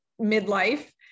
midlife